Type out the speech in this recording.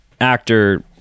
actor